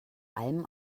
allem